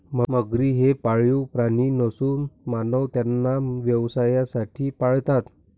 मगरी हे पाळीव प्राणी नसून मानव त्यांना व्यवसायासाठी पाळतात